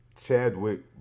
Chadwick